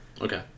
Okay